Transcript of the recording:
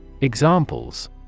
Examples